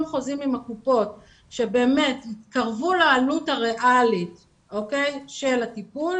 חוזים עם הקופות שיתקרבו לעלות הריאלית של הטיפול,